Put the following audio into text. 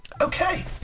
Okay